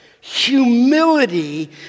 Humility